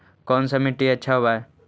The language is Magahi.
कोन सा मिट्टी अच्छा होबहय?